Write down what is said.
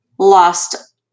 lost